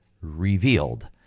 revealed